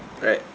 right